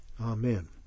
Amen